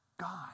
God